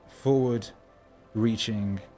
forward-reaching